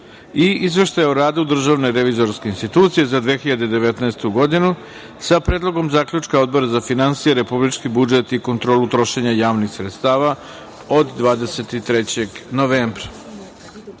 i4. Izveštaj o radu Državne revizorske institucije za 2019. godinu sa Predlogom zaključka Odbora za finansije, republički budžet i kontrolu trošenja javnih sredstava od 23. novembra